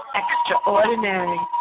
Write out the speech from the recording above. extraordinary